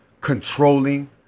controlling